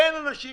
אין אנשים